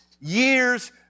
years